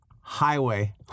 highway